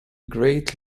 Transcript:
great